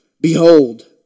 Behold